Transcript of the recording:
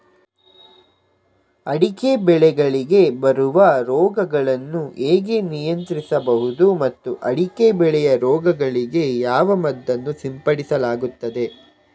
ಅಡಿಕೆ ಬೆಳೆಗಳಿಗೆ ಬರುವ ರೋಗಗಳನ್ನು ಹೇಗೆ ನಿಯಂತ್ರಿಸಬಹುದು ಮತ್ತು ಅಡಿಕೆ ಬೆಳೆಯ ರೋಗಗಳಿಗೆ ಯಾವ ಮದ್ದನ್ನು ಸಿಂಪಡಿಸಲಾಗುತ್ತದೆ?